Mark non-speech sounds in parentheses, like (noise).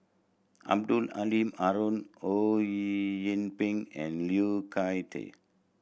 Abdul Halim Haron Ho Yee (unintelligible) Ping and Liu Thai Ker